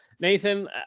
Nathan